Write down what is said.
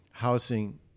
housing